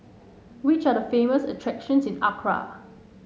which are the famous attractions in Accra